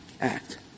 Act